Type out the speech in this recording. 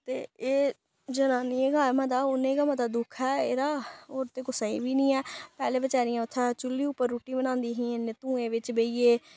ते एह् जनानियें गै ऐ मता उ'नें गी गै मता दुक्ख ऐ एह्दा होर ते कुसै गी बी नेईं ऐ पैह्लें बचारियां उत्थै चु'ल्ली उप्पर रुट्टी बनांदी हियां इन्नै धुएं बिच्च बैइयै